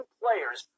players